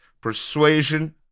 persuasion